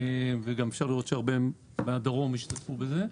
וגם אפשר לראות שהרבה מהדרום השתתפו בזה.